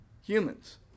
humans